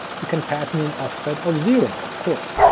you can pass in an offset of zero, of course.